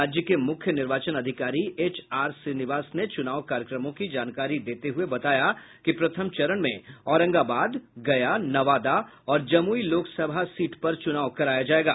राज्य के मुख्य निर्वाचन अधिकारी एचआर श्रीनिवास ने चुनाव कार्यक्रमों की जानकारी देते हुये बताया कि प्रथम चरण में औरंगाबाद गया नवादा और जमुई लोकसभा सीट पर चुनाव कराया जाएगा